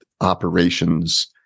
operations